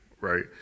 right